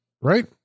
Right